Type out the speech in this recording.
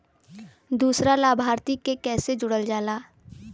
दूसरा लाभार्थी के कैसे जोड़ल जाला?